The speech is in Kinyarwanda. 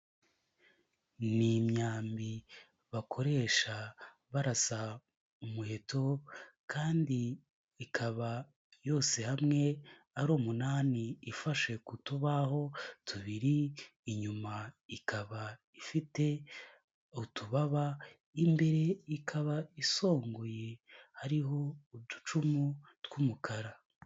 Ni imyambi bakoresha barasa umuheto kandi ikaba yose hamwe ari umunani ifashe ku tubaho tubiri, inyuma ikaba ifite utubaba, imbere ikaba isongoye hariho uducumu tw'umukara.